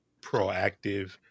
proactive